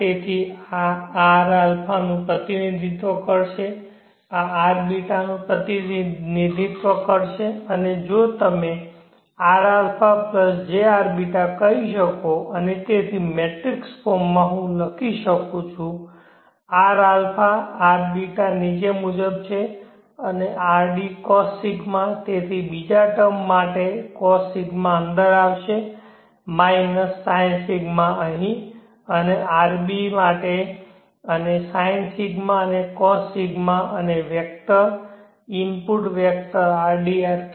તેથી આ rαનું પ્રતિનિધિત્વ કરશે આ rß નું પ્રતિનિધિત્વ કરશે અને તમે rα jrß કહી શકો અને તેથી મેટ્રિક્સ ફોર્મમાં હું લખી શકું છું rα rß નીચે મુજબ છે અને rd Cos𝜌 તેથી બીજા ટર્મ માટે Cos𝜌 અંદર આવશે માઇનસ Sin𝜌 અહીં અને r ß માટે અને Sin𝜌 અને Cos𝜌 અને vector input vector rd rq